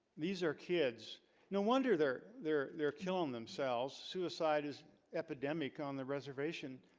these are kids no wonder. they're there. they're killing themselves suicide is epidemic on the reservation.